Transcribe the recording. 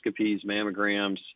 mammograms